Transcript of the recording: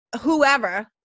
whoever